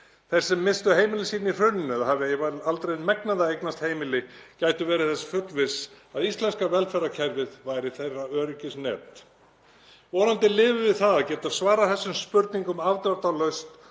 Þeir sem misstu heimili sín í hruninu eða hafa aldrei megnað að eignast heimili gætu verið þess fullvissir að íslenska velferðarkerfið væri þeirra öryggisnet. Vonandi lifum við það að geta svarað þessum spurningum afdráttarlaust